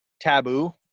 taboo